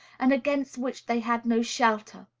and against which they had no shelter.